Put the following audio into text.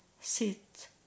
sit